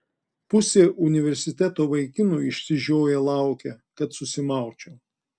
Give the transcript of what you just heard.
pusė universiteto vaikinų išsižioję laukia kad susimaučiau